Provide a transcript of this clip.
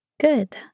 Good